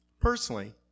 Personally